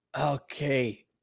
Okay